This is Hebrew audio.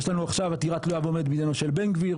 יש לנו עכשיו עתירה תלויה ועומדת בעניינו של בן גביר,